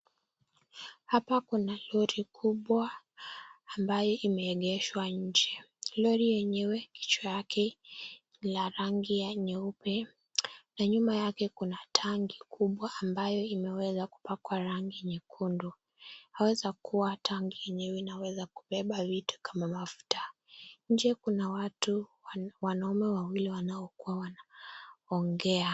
Hapa kuna lori kubwa ambaye imeegeswa nje. Lori enyewe kichwa yake ni la rangi nyeupe na nyuma yake kuna tangi kubwa ambayo imeweza kupakwa rangi nyekundu. Wameza kuwa tangi yenyewe inaweza kubeba vitu kama mafuta. Nje kuna watu wanaume wawili wanao kua wanaongea.